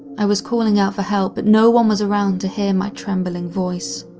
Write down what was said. i was calling out for help but no one was around to hear my trembling voice.